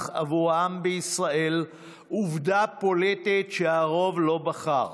עבור העם בישראל עובדה פוליטית שהרוב לא בחר.